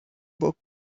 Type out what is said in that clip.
book